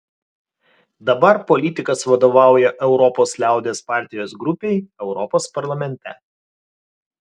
dabar politikas vadovauja europos liaudies partijos grupei europos parlamente